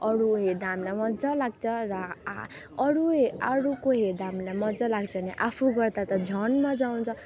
अरू हेर्दा हामीलाई मजा लाग्छ र हा हा अरू अरूको हेर्दा हामीलाई मजा लाग्छ भने आफू गर्दा त झन् मजा आउँछ